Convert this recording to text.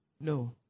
no